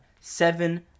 seven